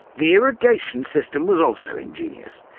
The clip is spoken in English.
the irrigation system was also ingenious.